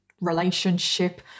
relationship